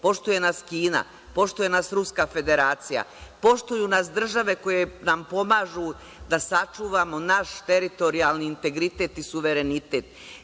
Poštuje nas Kina, poštuje nas Ruska Federacija, poštuju nas države koje nam pomažu da sačuvamo naš teritorijalni integritet i suverenitet.